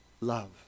Love